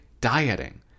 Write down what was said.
dieting